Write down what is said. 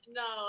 no